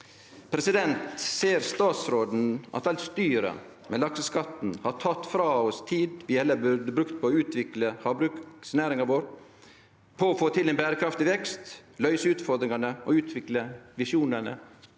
framover. Ser statsråden at alt styret med lakseskatten har teke frå oss tid vi elles burde brukt på å utvikle havbruksnæringa vår, få til ein berekraftig vekst, løyse utfordringane og utvikle visjonane